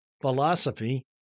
philosophy